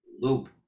Loop